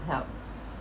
help